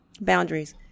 boundaries